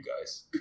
guys